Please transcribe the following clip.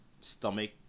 stomach